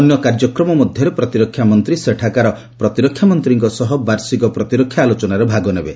ଅନ୍ୟ କାର୍ଯ୍ୟକ୍ରମ ମଧ୍ୟରେ ପ୍ରତିରକ୍ଷା ମନ୍ତ୍ରୀ ସେଠାକାର ପ୍ରତିରକ୍ଷା ମନ୍ତ୍ରୀଙ୍କ ସହ ବାର୍ଷିକ ପ୍ରତିରକ୍ଷା ଆଲୋଚନାରେ ଭାଗ ନେବେ